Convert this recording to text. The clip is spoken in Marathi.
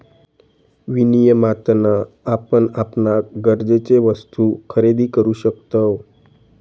विनियमातना आपण आपणाक गरजेचे वस्तु खरेदी करु शकतव